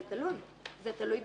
זה תלוי.